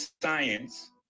science